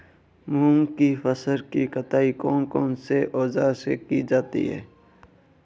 मूंग की फसल की कटाई कौनसे औज़ार से की जाती है?